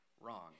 wrong